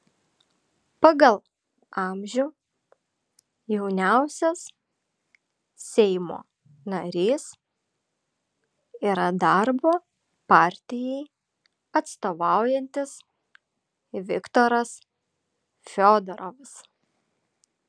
pagal amžių jauniausias seimo narys yra darbo partijai atstovaujantis viktoras fiodorovas